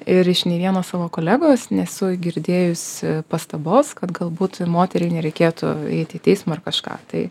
ir iš nei vieno savo kolegos nesu girdėjusi pastabos kad galbūt moteriai nereikėtų eiti į teismą ar kažką tai